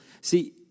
See